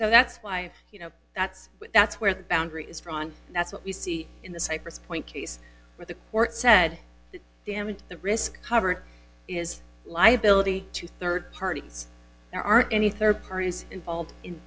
so that's why you know that's that's where the boundary is drawn and that's what we see in the cypress point case where the court said the damage the risk coverage is liability to rd parties there aren't any rd parties involved in